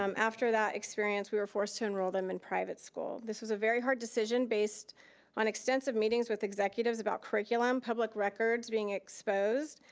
um after that experience, we were forced to enroll them in private school. this was a very hard decision based on extensive meetings with executives about curriculum, public records being exposed,